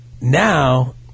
now